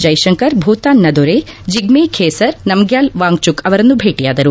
ಜೈಶಂಕರ್ ಭೂತಾನ್ನ ದೊರೆ ಜಿಗ್ಗೆ ಬೇಸರ್ ನಮ್ಗ್ನಾಲ್ ವಾಂಗ್ಚುಕ್ ಅವರನ್ನು ಭೇಟಿಯಾದರು